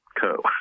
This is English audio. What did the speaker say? Co